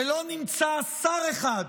ולא נמצא שר אחד,